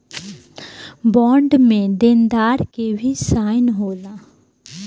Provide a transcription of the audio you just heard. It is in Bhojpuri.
बॉन्ड में देनदार के भी साइन होला